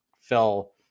fell